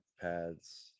pads